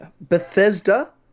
Bethesda